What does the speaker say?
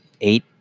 Eight